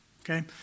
Okay